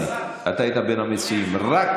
אדוני היושב-ראש,